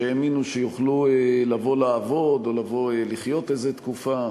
שהאמינו שיוכלו לבוא לעבוד או לבוא לחיות איזו תקופה,